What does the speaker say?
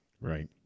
Right